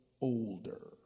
older